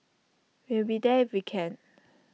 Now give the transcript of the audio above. we'll be there we can